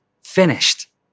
finished